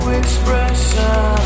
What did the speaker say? expression